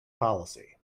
policy